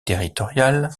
territorial